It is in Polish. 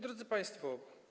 Drodzy Państwo!